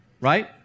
right